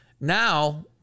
Now